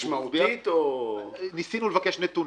משמעותית, או --- ניסינו לבקש נתונים.